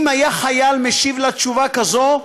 אם חייל היה משיב לה תשובה כזאת,